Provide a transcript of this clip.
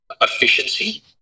efficiency